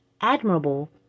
admirable